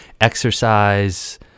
exercise